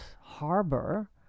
harbor